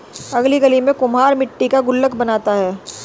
अगली गली में कुम्हार मट्टी का गुल्लक बनाता है